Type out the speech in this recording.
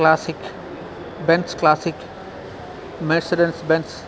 classic Benz classic Mercedes Benz